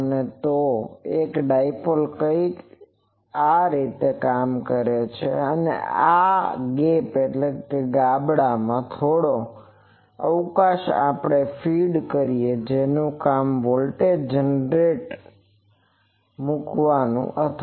અને તો એક ડાઇપોલ કંઇક આ રીતે છે અને આ ગેપ gapગાબડામાં આ થોડો અવકાશ આપણે ફીડ કરીએ જેનું કામ વોલ્ટેજ જનરેટર મૂકવાનું છે